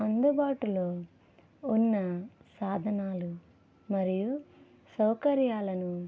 అందుబాటులో ఉన్న సాధనాలు మరియు సౌకర్యాలను